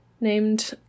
named